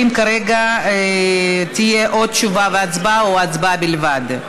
כרגע תהיה או תשובה והצבעה או הצבעה בלבד.